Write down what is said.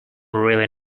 really